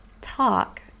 talk